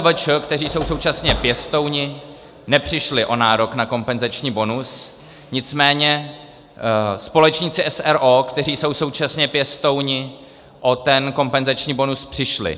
OSVČ, kteří jsou současně pěstouni, nepřišli o nárok na kompenzační bonus, nicméně společníci s. r. o., kteří jsou současně pěstouni, o ten kompenzační bonus přišli.